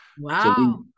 wow